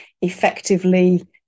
effectively